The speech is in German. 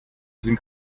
sim